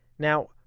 now,